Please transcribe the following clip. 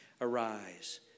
Arise